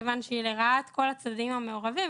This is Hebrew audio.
מכיוון שהיא לרעת כל הצדדים המעורבים.